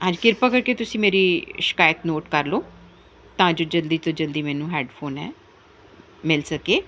ਹਾਜੀ ਕਿਰਪਾ ਕਰਕੇ ਤੁਸੀਂ ਮੇਰੀ ਸ਼ਿਕਾਇਤ ਨੋਟ ਕਰ ਲਓ ਤਾਂ ਜੋ ਜਲਦੀ ਤੋਂ ਜਲਦੀ ਮੈਨੂੰ ਹੈਡਫੋਨ ਹੈ